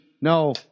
No